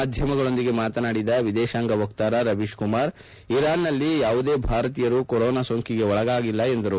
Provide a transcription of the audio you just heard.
ಮಾಧ್ಯಮಗಳೊಂದಿಗೆ ಮಾತನಾಡಿದ ವಿದೇತಾಂಗ ವ್ಯವಹಾರಗಳ ಸಚಿವಾಲಯಗಳ ವಕ್ತಾರ ರವೀಶ್ ಕುಮಾರ್ ಇರಾನ್ನಲ್ಲಿ ಯಾವುದೇ ಭಾರತೀಯರು ಕೊರೊನಾ ಸೋಂಕಿಗೆ ಒಳಗಾಗಿಲ್ಲ ಎಂದರು